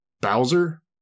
Bowser